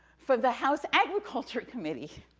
for the house agriculture committee,